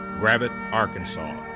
gravette arkansas,